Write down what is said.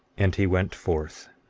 and he went forth,